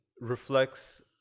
reflects